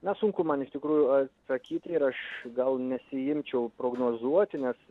na sunku man iš tikrųjų sakyti ir aš gal nesiimčiau prognozuoti nes